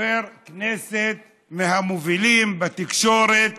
חבר כנסת מהמובילים בתקשורת